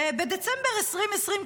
ובדצמבר 2020,